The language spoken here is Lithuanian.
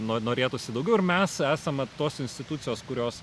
no norėtųsi daugiau ir mes esame tos institucijos kurios